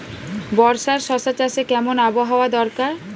বর্ষার শশা চাষে কেমন আবহাওয়া দরকার?